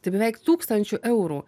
tai beveik tūkstančiu eurų